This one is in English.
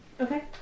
Okay